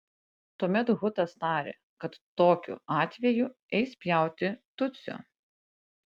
tuomet hutas tarė kad tokiu atveju eis pjauti tutsio